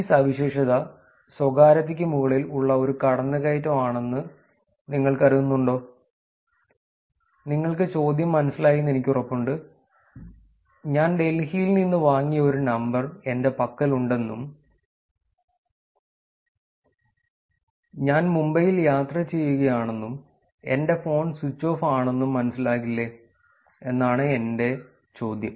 ഈ സവിശേഷത സ്വകാര്യതയ്ക്ക് മുകളിൽ ഉള്ള ഒരു കടന്നുകയറ്റം ആണെന്ന് നിങ്ങൾ കരുതുന്നുണ്ടോ നിങ്ങൾക്ക് ചോദ്യം മനസ്സിലായി എനിക്ക് ഉറപ്പുണ്ട് ഞാൻ ഡൽഹിയിൽ നിന്ന് വാങ്ങിയ ഒരു നമ്പർ എന്റെ പക്കലുണ്ടെന്നും ഞാൻ മുംബൈയിൽ യാത്ര ചെയ്യുകയാണെന്നും എന്റെ ഫോൺ സ്വിച്ച് ഓഫ് ആണെന്നും മനസ്സിലാകില്ലേ എന്നാണ് എൻ്റെ ചോദ്യം